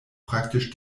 praktisch